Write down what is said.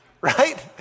Right